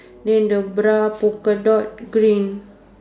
then the bra polka dot green